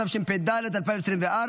התשפ"ד 2024,